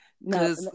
No